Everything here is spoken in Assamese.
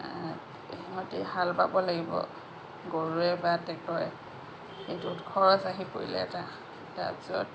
ইহঁতি হাল বাব লাগিব গৰুৰে বা ট্ৰেক্টৰে এইটোত খৰচ আহি পৰিলে এটা তাৰপিছত